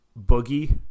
Boogie